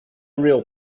real